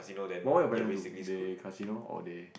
what what your parent do they casino or they